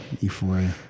euphoria